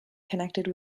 connected